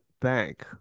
bank